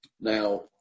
Now